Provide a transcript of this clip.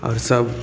आओर सब